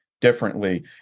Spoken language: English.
differently